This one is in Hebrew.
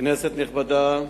כנסת נכבדה,